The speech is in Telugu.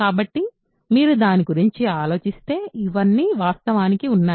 కాబట్టి మీరు దాని గురించి ఆలోచిస్తే ఇవన్నీ వాస్తవానికి ఉన్నాయి